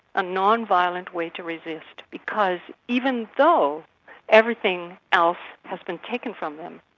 a non violent way to resist, because even though everything else has been taken from them,